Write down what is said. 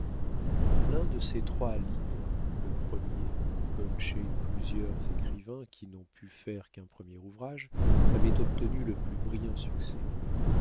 un vivier l'un de ces trois livres le premier comme chez plusieurs écrivains qui n'ont pu faire qu'un premier ouvrage avait obtenu le plus brillant succès